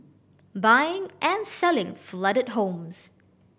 buying and selling flooded homes